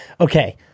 Okay